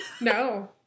No